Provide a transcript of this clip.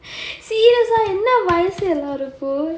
see that's why என்னா வயசு எல்லாருக்கும்:ennaa vayasu ellaarukkom